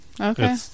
Okay